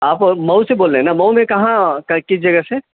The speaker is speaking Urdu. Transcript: آپ مؤ سے بول رہے ہیں نہ مؤ میں کہاں کس جگہ سے